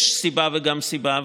יש סיבה וגם סיבה,